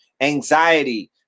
anxiety